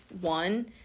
one